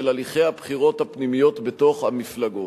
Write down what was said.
הליכי הבחירות הפנימיות בתוך המפלגות.